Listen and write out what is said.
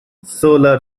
solar